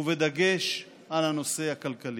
ובדגש על הנושא הכלכלי.